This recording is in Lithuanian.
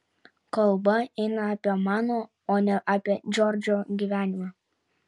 kalba eina apie mano o ne apie džordžo gyvenimą